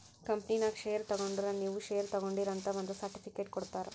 ಕಂಪನಿನಾಗ್ ಶೇರ್ ತಗೊಂಡುರ್ ನೀವೂ ಶೇರ್ ತಗೊಂಡೀರ್ ಅಂತ್ ಒಂದ್ ಸರ್ಟಿಫಿಕೇಟ್ ಕೊಡ್ತಾರ್